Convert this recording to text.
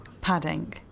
Padding